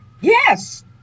yes